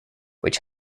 which